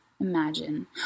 Imagine